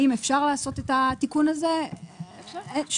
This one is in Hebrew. האם אפשר לעשות את התיקון הזה שוב,